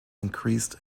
increased